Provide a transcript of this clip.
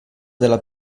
della